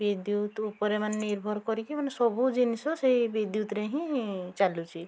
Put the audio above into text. ବିଦ୍ୟୁତ୍ ଉପରେ ମାନେ ନିର୍ଭର କରିକି ମାନେ ସବୁ ଜିନିଷ ସେଇ ବିଦ୍ୟୁତ୍ରେ ହିଁ ଚାଲୁଛି